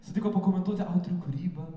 sutiko pakomentuoti autorių kūrybą